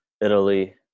Italy